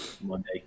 Monday